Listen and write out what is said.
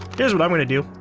here's what i'm gonna do.